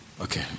Okay